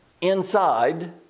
inside